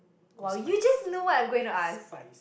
!wow! you just know what I'm going to ask